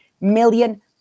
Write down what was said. million